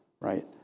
right